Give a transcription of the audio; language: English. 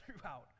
throughout